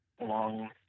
long